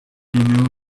knew